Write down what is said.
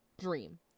dream